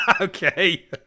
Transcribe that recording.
Okay